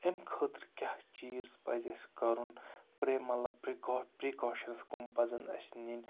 اَمہِ خٲطرٕ کیٛاہ چیٖز پَزِ اَسہِ کَرُن پرٛے مطلب پِرٛکا پِرٛکاشَنٕز کَم پَزَن اَسہِ نِنۍ